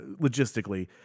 logistically